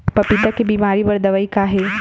पपीता के बीमारी बर दवाई का हे?